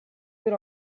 then